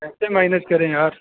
कैसे मैनेज करें यार